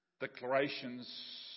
declarations